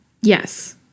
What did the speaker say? Yes